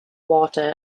water